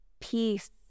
peace